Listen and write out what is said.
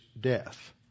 death